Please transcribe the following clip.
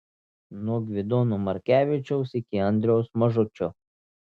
nuo gvidono markevičiaus iki andriaus mažučio